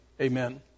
Amen